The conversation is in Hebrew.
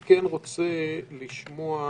צביקה,